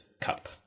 cup